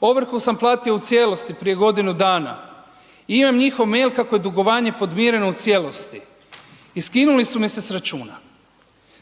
ovrhu sam platio u cijelosti prije godinu dana, imam njihov meil kako je dugovanje podmireno u cijelosti i skinuli su me s računa.